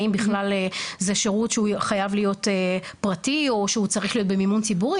האם בכלל זה שירות שחייב להיות פרטי או שהוא צריך להיות במימון ציבורי?